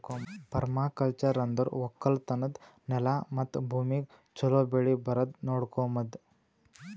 permaculture ಅಂದುರ್ ಒಕ್ಕಲತನದ್ ನೆಲ ಮತ್ತ ಭೂಮಿಗ್ ಛಲೋ ಬೆಳಿ ಬರಂಗ್ ನೊಡಕೋಮದ್